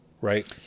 right